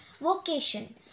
vocation